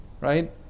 right